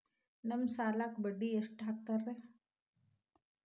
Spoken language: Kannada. ನಮ್ ಸಾಲಕ್ ಬಡ್ಡಿ ಎಷ್ಟು ಹಾಕ್ತಾರ?